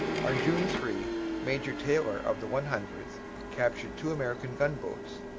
on june three major taylor of the one hundredth captured two american gunboats,